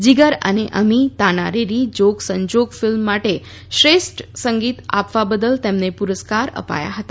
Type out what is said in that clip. જીગર અને અમી તાનારીરી જોગસંજોગ ફિલ્મ માટે શ્રેષ્ઠ સંગીત આપવા બદલ તેમને પુરસ્કાર અપાયા હતા